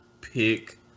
pick